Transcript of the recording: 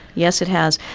yes it has.